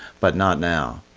but not now.